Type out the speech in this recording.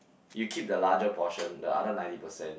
you keep the larger portion the other ninety percent